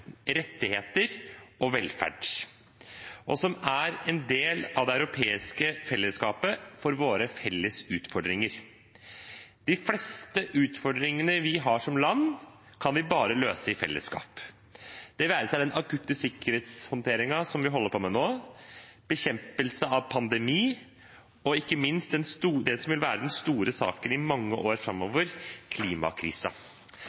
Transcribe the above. rettigheter og velferd, og som er en del av det europeiske fellesskapet for våre felles utfordringer. De fleste utfordringene vi har som land, kan vi bare løse i fellesskap. Det være seg den akutte sikkerhetshåndteringen som vi holder på med nå, bekjempelse av pandemi og ikke minst det som vil være den store saken i mange år